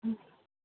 ꯎꯝ